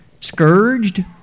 Scourged